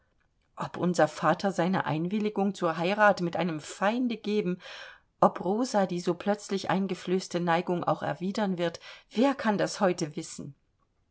ob unser vater seine einwilligung zur heirat mit einem feinde geben ob rosa die so plötzlich eingeflößte neigung auch erwidern wird wer kann das heute wissen